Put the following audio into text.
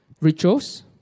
rituals